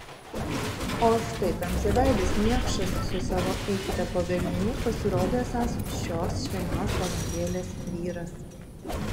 o štai tamsiaveidis niekšas su savo eikite po velnių pasirodė esąs šios švelnios balandėlės vyras